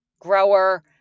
grower